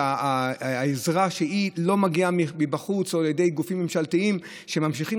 ועזרה שלא מגיעה מבחוץ מגופים ממשלתיים שממשיכים